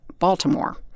Baltimore